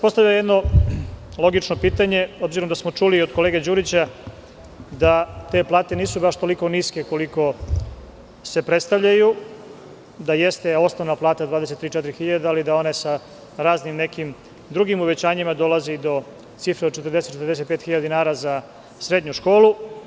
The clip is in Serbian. Postavlja se jedno logično pitanje, obzirom da smo čuli od kolege Đurića da te plate nisu baš toliko niske koliko se predstavljaju, da jeste osnovna plata 23-24.000, ali da one sa raznim nekim drugim uvećanjima dolaze i do cifre od 40-45.000 dinara za srednju školu.